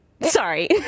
Sorry